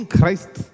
Christ